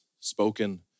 spoken